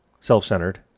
self-centered